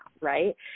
right